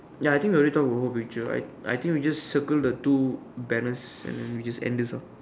ya I think we already talk about whole picture I I think we just circle the two banners and then we just end this ah